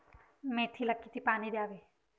मेथीला किती पाणी द्यावे?